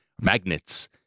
magnets